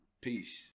Peace